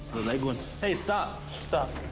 the leg one. hey stop, stop.